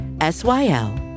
S-Y-L